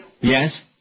Yes